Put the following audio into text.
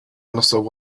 understood